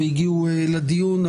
והגיעו לדיון,